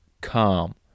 calm